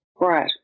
Right